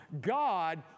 God